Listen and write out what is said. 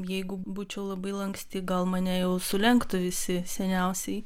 jeigu būčiau labai lanksti gal mane jau sulenktų visi seniausiai